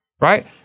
right